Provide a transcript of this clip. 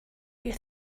you